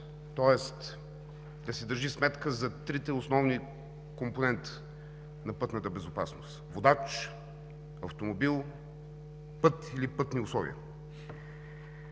тоест да се държи сметка за трите основни компонента на пътната безопасност: водач, автомобил, път или пътни условия.